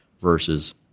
versus